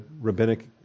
rabbinic